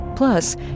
Plus